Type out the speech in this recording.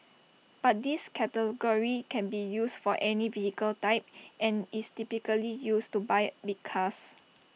but this category can be used for any vehicle type and is typically used to buy big cars